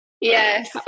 Yes